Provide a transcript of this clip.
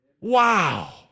Wow